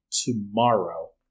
tomorrow